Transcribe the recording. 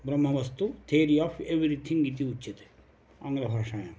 ब्रह्मवस्तु theory of everything इति उच्यते आङ्ग्लभाषायां